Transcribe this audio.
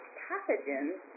pathogens